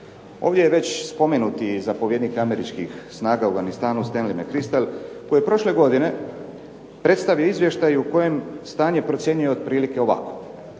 Ovdje je već spomenuti zapovjednik američkih snaga u Afganistanu Stanley McCrystal, koji je prošle godine predstavio izvještaj u kojem stanje procjenjuje otprilike ovako.